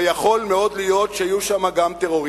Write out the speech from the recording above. ויכול מאוד להיות שהיו שם גם טרוריסטים.